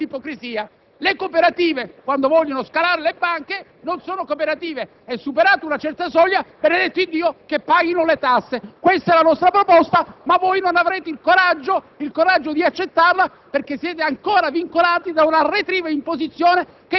Se vogliamo fare una cosa seria, bisogna allora dire "basta" a questa ipocrisia: le cooperative, quando vogliono scalare le banche, non sono più tali e, superata una certa soglia, benedetto Iddio, paghino le tasse! Questa è la nostra proposta, ma voi non avete il coraggio di accettarla,